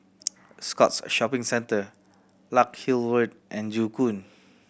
Scotts Shopping Centre Larkhill Road and Joo Koon